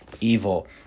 evil